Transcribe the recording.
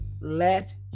let